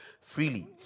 freely